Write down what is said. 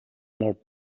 molt